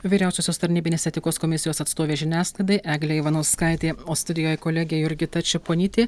vyriausiosios tarnybinės etikos komisijos atstovė žiniasklaidai eglė ivanauskaitė o studijoj kolegė jurgita čeponytė